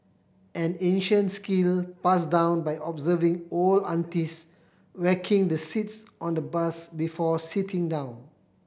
an ancient skill passed down by observing old aunties whacking the seats on the bus before sitting down